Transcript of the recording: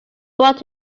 brought